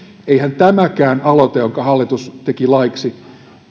eihän tämäkään aloite jonka hallitus teki laiksi